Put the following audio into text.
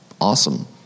awesome